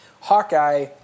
Hawkeye